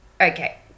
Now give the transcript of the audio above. okay